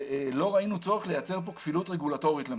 לא ראינו צורך לייצר כאן למעשה כפילות רגולטורית.